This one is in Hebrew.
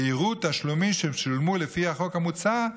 ויראו תשלומים ששולמו לפי החוק המוצע,